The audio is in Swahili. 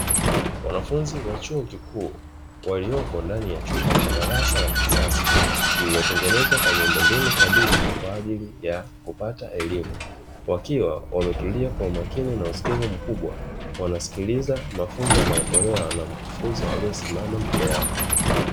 Wanafunzi wa chuo kikuu, waliopo ndani ya chumba cha darasa la kisasa, lililotengenezwa kwa miundombinu thabiti kwa ajili ya kupata elimu, wakiwa wametulia kwa umakini na usikivu mkubwa. Wanasikiliza mafunzo yanayotolewa na mkufunzi aliyesimama mbele yao.